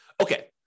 Okay